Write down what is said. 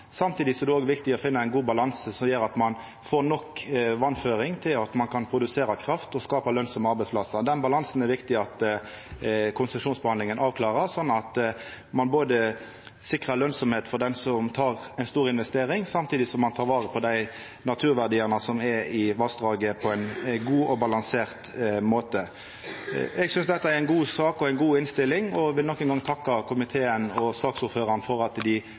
er det òg viktig å finna ein god balanse som gjer at ein får nok vassføring til å kunna produsera kraft og skapa lønsame arbeidsplassar. Den balansen er det viktig at konsesjonsbehandlinga avklarar, slik at ein både sikrar lønsemd for han som gjer ei stor investering, samtidig som ein tar vare på dei naturverdiane som er i vassdraget, på ein god og balansert måte. Eg synest dette er ei god sak og ei god innstilling, og vil nok ein gong takka komiteen og saksordføraren for at dei